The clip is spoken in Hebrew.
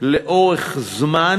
לאורך זמן,